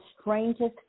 strangest